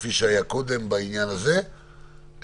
כפי שהן היו קודם באופן אוטומטי,